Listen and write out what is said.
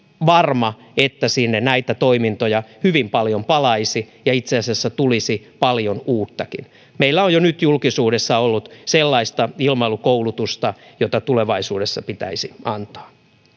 varma että sinne näitä toimintoja hyvin paljon palaisi ja itse asiassa tulisi paljon uuttakin meillä on jo nyt julkisuudessa ollut sellaista ilmailukoulutusta jota tulevaisuudessa pitäisi antaa